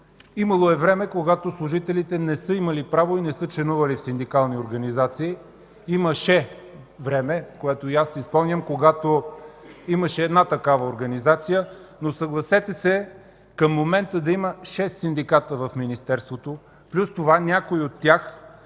Имало е време, когато служителите не са имали право и не са членували в синдикални организации. Имаше време, което и аз си спомням, когато имаше една такава организация, но, съгласете се, към момента да има 6 синдиката в Министерството, плюс това някои от тях